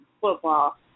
football